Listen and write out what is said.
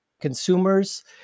consumers